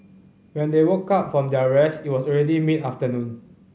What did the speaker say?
when they woke up from their rest it was already mid afternoon